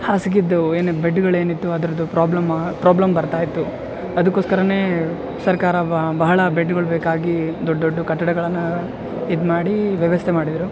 ಹಾಸಿಗೆದ್ದು ಏನು ಬೆಡ್ಗಳು ಏನಿತ್ತು ಅದರದ್ದು ಪ್ರಾಬ್ಲಮ್ ಪ್ರಾಬ್ಲಮ್ ಬರ್ತಾಯಿತ್ತು ಅದಕ್ಕೋಸ್ಕರವೇ ಸರ್ಕಾರ ಬಹಳ ಬೆಡ್ಗಳು ಬೇಕಾಗಿ ದೊಡ್ಡ ದೊಡ್ಡ ಕಟ್ಟಡಗಳನ್ನು ಇದು ಮಾಡಿ ವ್ಯವಸ್ಥೆ ಮಾಡಿದರು